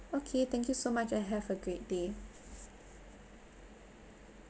okay thank you so much and have a great day